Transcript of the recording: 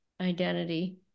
identity